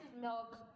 milk